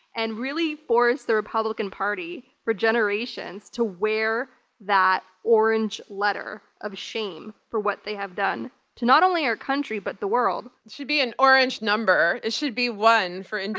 and really force the republican party for generations to wear that orange letter of shame for what they have done to not only our country, but the world. it should be an orange number. it should be one for and